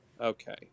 okay